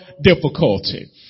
difficulty